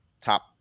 top